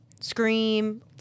Scream